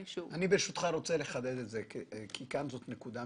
אני לא חושבת שהרשות עשתה אי פעם הנחות למישהו.